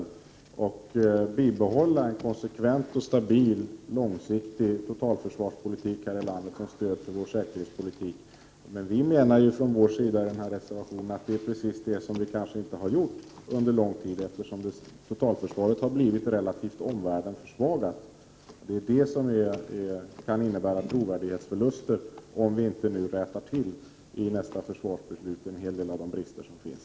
Vi måste som stöd för vår säkerhetspolitik bibehålla en konsekvent, stabil och långsiktig försvarspolitik. Vi moderater menar i vår reservation att vårt land kanske inte har gjort på det viset under lång tid, eftersom totalförsvaret har blivit relativt försvagat jämfört med omvärlden. Detta kan innebära trovärdighetsförluster, om vi inte nu genom nästa års försvarsbeslut rättar till en hel del av de brister som finns.